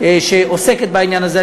שעוסקת בעניין הזה.